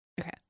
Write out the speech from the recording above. Okay